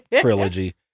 trilogy-